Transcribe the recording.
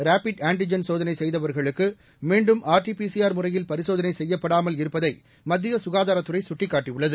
ரேப்பிட்ட antigen சோதனை செய்தவர்களுக்கு மீண்டும் ஆர்டி பிசிஆர் முறையில் பரிசோதனை செய்யப்படாமல் இருப்பதை மத்திய சுகாதாரத்துறை சுட்டிக்காட்டியுள்ளது